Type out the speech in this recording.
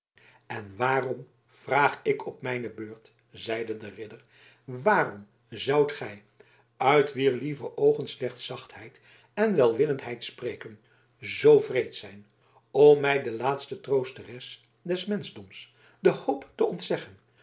en waarom vraag ik op mijne beurt zeide de ridder waarom zoudt gij uit wier lieve oogen slechts zachtheid en welwillendheid spreken zoo wreed zijn om mij de laatste troosteres des menschdoms de hoop te ontzeggen